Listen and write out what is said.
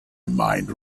mind